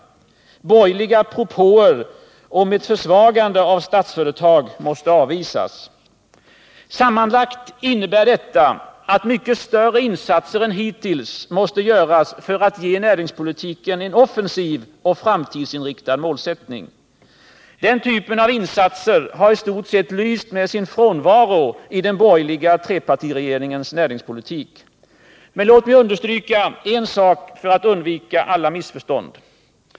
Borgerliga propåer om ett försvagande av Statsföretag måste avvisas. Sammanlagt innebär detta att mycket större insatser än hittills måste göras för att ge näringspolitiken en offensiv och framtidsinriktad målsättning. Den typen av insatser har i stort sett lyst med sin frånvaro i den borgerliga trepartiregeringens näringspolitik. Men låt mig understryka en sak för att undvika alla missförstånd.